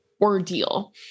ordeal